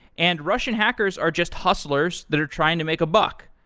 and russian hackers are just hustlers that are trying to make a buck.